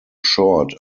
short